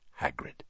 Hagrid